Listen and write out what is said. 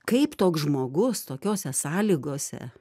kaip toks žmogus tokiose sąlygose